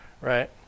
right